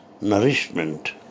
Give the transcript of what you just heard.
nourishment